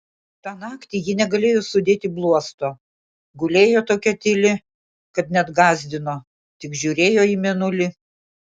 tą naktį ji negalėjo sudėti bluosto gulėjo tokia tyli kad net gąsdino tik žiūrėjo į mėnulį